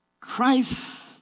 Christ